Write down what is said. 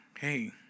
hey